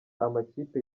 amakipe